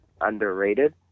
underrated